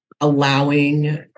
allowing